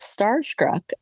Starstruck